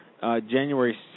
January